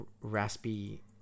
raspy